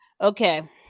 Okay